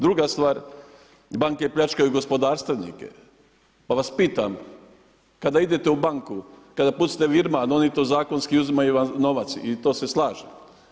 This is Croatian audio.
Druga stvar, banke pljačkaju gospodarstvenike, pa vas pitam kada idete u banku kada pustite virman oni to zakonski uzimaju vam novac i to se slažem.